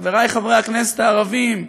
חברי חברי הכנסת הערבים,